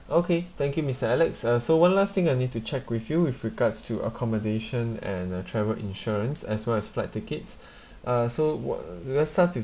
okay thank you mister alex uh so one last thing I need to check with you with regards to accommodation and uh travel insurance as well as flight tickets uh so what uh let's start with